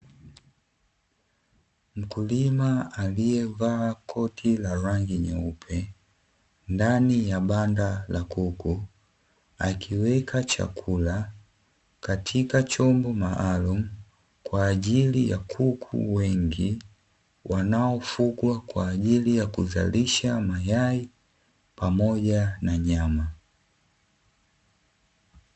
Mkulima aliyevaa koti la rangi nyeupe ndaniya banda la kuku, akiweka chakula katika chombo maalumu kwa ajili ya kuku wengi wanaofugwa kwa ajili ya kuzalisha mayai pamoja na nyama.